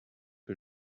que